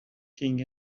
king